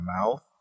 mouth